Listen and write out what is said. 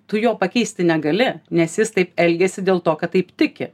tu jo pakeisti negali nes jis taip elgiasi dėl to kad taip tiki